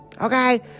Okay